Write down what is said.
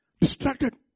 Distracted